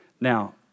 Now